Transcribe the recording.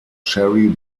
cherry